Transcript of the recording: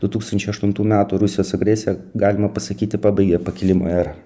du tūkstančiai aštuntų metų rusijos agresija galima pasakyti pabaigė pakilimo erą